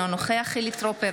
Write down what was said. אינו נוכח חילי טרופר,